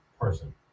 person